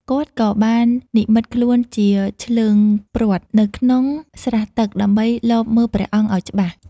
គាត់ក៏បាននិម្មិតខ្លួនជា ឈ្លើងព្រ័ត្រ នៅក្នុងស្រះទឹក ដើម្បីលបមើលព្រះអង្គឱ្យច្បាស់។